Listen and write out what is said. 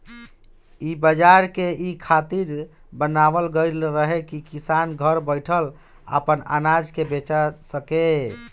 इ बाजार के इ खातिर बनावल गईल रहे की किसान घर बैठल आपन अनाज के बेचा सके